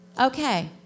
Okay